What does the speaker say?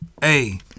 Hey